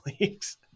leagues